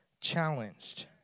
challenged